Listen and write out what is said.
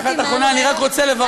מילה אחרונה, ברשותך.